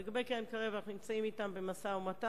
לגבי קרן-קרב, אנחנו נמצאים אתם במשא-ומתן